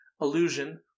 illusion